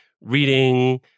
reading